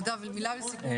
נדב מילה לסיכום.